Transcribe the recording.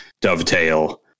Dovetail